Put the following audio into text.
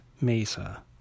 mesa